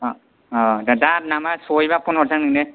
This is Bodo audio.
दा नङाबा सहैबा फन हरनोसै आं नोंनो